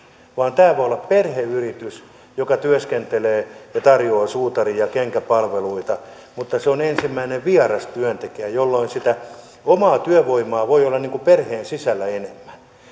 vaan tämä voi olla perheyritys joka työskentelee ja tarjoaa suutari ja kenkäpalveluita mutta se on ensimmäinen vieras työntekijä jolloin sitä omaa työvoimaa voi olla perheen sisällä enemmän ja